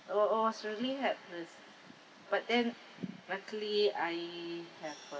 I was was really helpless but then luckily I have a